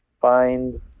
find